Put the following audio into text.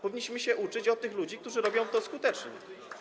Powinniśmy się uczyć od tych ludzi, którzy robią to skutecznie.